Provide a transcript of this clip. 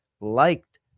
liked